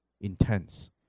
Intense